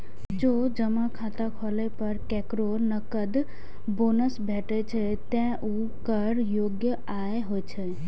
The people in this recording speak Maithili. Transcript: जौं जमा खाता खोलै पर केकरो नकद बोनस भेटै छै, ते ऊ कर योग्य आय होइ छै